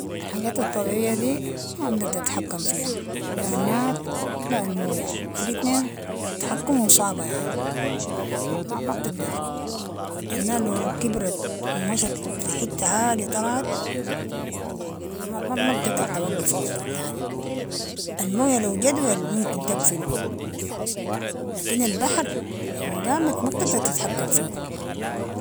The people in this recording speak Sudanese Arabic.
الحاجات الطبيعية دي ما بنقدر نتحكم فيها لا النار لا الموية الاتنين، تحكمهم صعبة يعني، ما بتقدر، النار لو كبرت و مشت في حتة عالية طلعت، ما بتقدر توقفو أصلاً تاني، الموية لو جدول، ممكن تقفلو لكن البحر إن قامت ما بتفدر تتحكم فيهو.